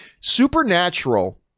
Supernatural